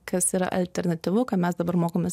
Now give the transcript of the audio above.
kas yra alternatyvu ką mes dabar mokomės